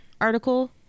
article